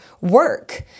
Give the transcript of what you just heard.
work